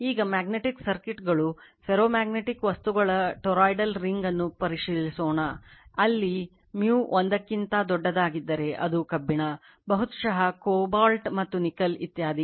ಈಗ ಮ್ಯಾಗ್ನೆಟಿಕ್ ಸರ್ಕ್ಯೂಟ್ಗಳು ಫೆರೋಮ್ಯಾಗ್ನೆಟಿಕ್ ವಸ್ತುಗಳ ಟೊರೊಯ್ಡಲ್ ರಿಂಗ್ ಅನ್ನು ಪರಿಗಣಿಸೋಣ ಅಲ್ಲಿμ 1 ಕ್ಕಿಂತ ದೊಡ್ಡದಾದರೆ ಅದು ಕಬ್ಬಿಣ ಬಹುಶಃ ಕೋಬಾಲ್ಟ್ ಮತ್ತು ನಿಕಲ್ ಇತ್ಯಾದಿ